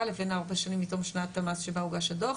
לבין ארבע שנים מתום שנת המס שבה הוגש הדוח.